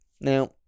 Now